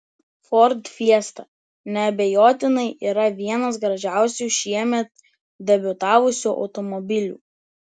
ford fiesta neabejotinai yra vienas gražiausių šiemet debiutavusių automobilių